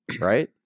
Right